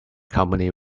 company